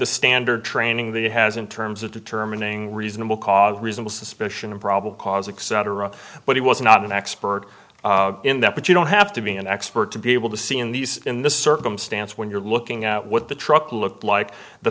the standard training that he has in terms of determining reasonable cause reasonable suspicion and probable cause except but he was not an expert in that but you don't have to be an expert to be able to see in these in this circumstance when you're looking at what the looked like the